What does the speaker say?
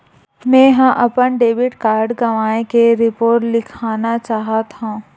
मेंहा अपन debit card गवाए के रिपोर्ट लिखना चाहत हव